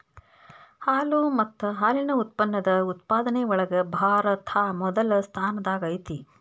ಹಾಲು ಮತ್ತ ಹಾಲಿನ ಉತ್ಪನ್ನದ ಉತ್ಪಾದನೆ ಒಳಗ ಭಾರತಾ ಮೊದಲ ಸ್ಥಾನದಾಗ ಐತಿ